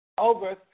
Over